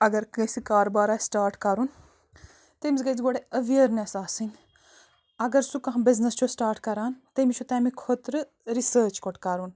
اگر کٲنسہِ کاربار آسہِ سِٹاٹ کَرُن تٔمِس گَژھِ گۄڈٕ ایٚویرنٮ۪س آسٕنۍ اگر سُہ کانٛہہ بِزنٮ۪س سِٹاٹ چھُ کَران تٔمِس چھُ تَمہِ خٲطرٕ رِسٲرٕچ گۄڈٕ کَرُن